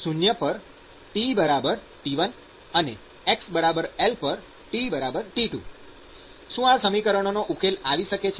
x 0 પર TT1 અને xL પર TT2 શું આ સમીકરણનો ઉકેલ આવી શકે છે